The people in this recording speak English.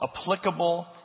applicable